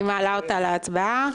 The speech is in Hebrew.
אני מעלה אותה להצבעה.